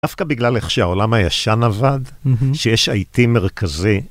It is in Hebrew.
דווקא בגלל איך שהעולם הישן עבד, שיש IT מרכזי.